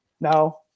No